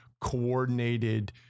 coordinated